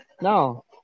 No